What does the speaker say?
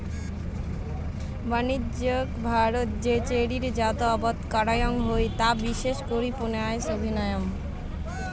বাণিজ্যিকভাবত যে চেরির জাত আবাদ করাং হই তা বিশেষ করি প্রুনাস অভিয়াম